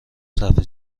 صرفه